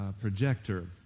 projector